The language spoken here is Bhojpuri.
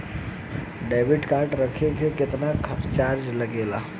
डेबिट कार्ड रखे के केतना चार्ज लगेला?